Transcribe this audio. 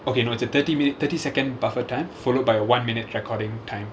okay no thirty minute thirty second buffer time followed by a one minute recording time